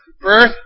Birth